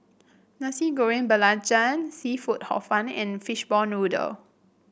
Nasi Goreng Belacan seafood Hor Fun and Fishball Noodle